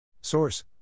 Source